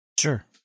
Sure